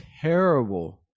terrible